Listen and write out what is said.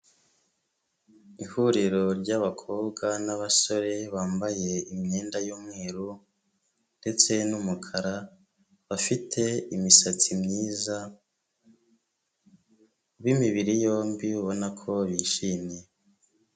Ihuriro ry'abakobwa n'abasore, bambaye imyenda y'umweru ndetse n'umukara, bafite imisatsi myiza, b'imibiri yombi ubona ko bishimye.